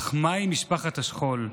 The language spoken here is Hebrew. אך מהי משפחת השכול?